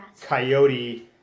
coyote